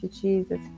Jesus